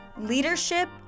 leadership